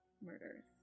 murders